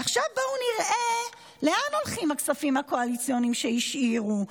ועכשיו בואו נראה לאן הולכים הכספים הקואליציוניים שהשאירו.